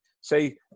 say